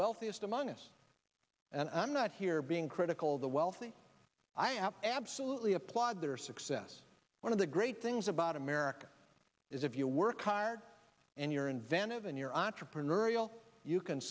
wealthiest among us and i'm not here being critical of the wealthy i have absolutely applaud their success one of the great things about america is if you work hard and you're inventive and you're entrepreneurial you can